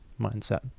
mindset